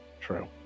true